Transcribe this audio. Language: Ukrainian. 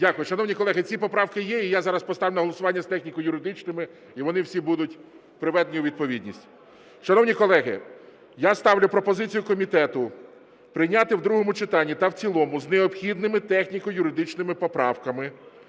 Шановні колеги, ці поправки є, і я зараз поставлю на голосування з техніко-юридичними, і вони всі будуть приведені у відповідність. Шановні колеги, я ставлю пропозицію комітету прийняти в другому читанні та в цілому з необхідними техніко-юридичними поправками